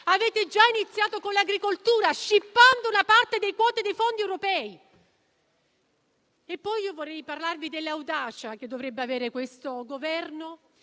Avete già iniziato con l'agricoltura, scippando una parte di quote dei fondi europei. Vorrei anche parlarvi dell'audacia che dovrebbe avere questo Governo,